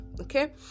Okay